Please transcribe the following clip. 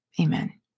Amen